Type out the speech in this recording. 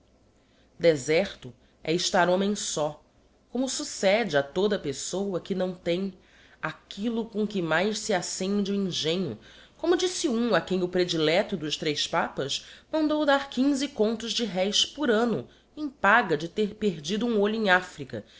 deserto é estar homem só como succede a toda a pessoa que não tem aquillo com que mais se accende o engenho como disse um a quem o predilecto dos tres papas mandou dar reis por anno em paga de ter perdido um olho em africa